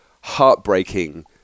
heartbreaking